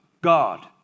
God